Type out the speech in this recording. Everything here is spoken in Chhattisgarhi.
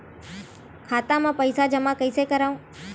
खाता म पईसा जमा कइसे करव?